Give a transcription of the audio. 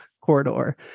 corridor